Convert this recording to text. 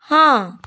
ହଁ